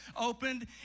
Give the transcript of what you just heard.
opened